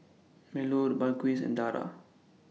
Melur Balqis and Dara